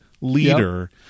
leader